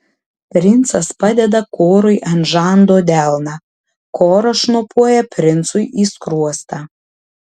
princas padeda korui ant žando delną koras šnopuoja princui į skruostą